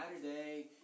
Saturday